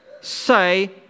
say